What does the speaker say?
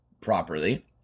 properly